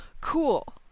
Cool